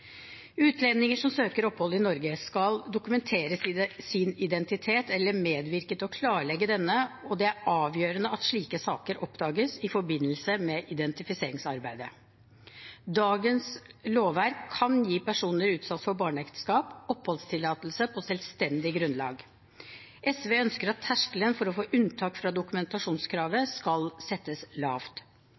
Utlendinger som søker opphold i Norge, skal dokumentere sin identitet eller medvirke til å klarlegge denne, og det er avgjørende at slike saker oppdages i forbindelse med identifiseringsarbeidet. Dagens lovverk kan gi personer utsatt for barneekteskap oppholdstillatelse på selvstendig grunnlag. SV ønsker at terskelen for å få unntak fra dokumentasjonskravet skal settes lavt.